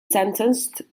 sentenced